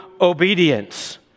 obedience